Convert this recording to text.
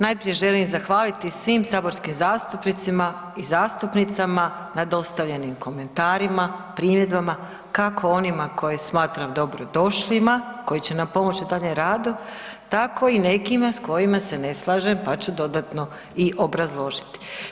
Najprije želim zahvaliti svim saborskim zastupnicima i zastupnicama na dostavljenim komentarima, primjedbama kako onima koje smatram dobrodošlima koji će nam pomoći u daljnjem radu, tako i nekima s kojima se ne slažem pa ću dodatno i obrazložiti.